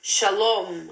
Shalom